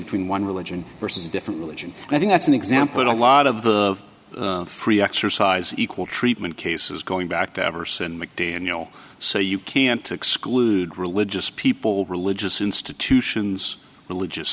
between one religion versus a different religion and i think that's an example in a lot of the free exercise equal treatment cases going back to everson mcdaniel so you can't exclude religious people religious institutions religious